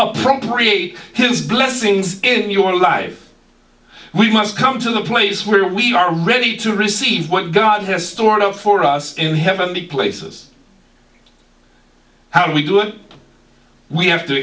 appropriate his blessings in your life we must come to the place where we are ready to receive what god has stored up for us in heavenly places how we do it we have to